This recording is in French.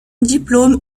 diplôme